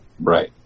Right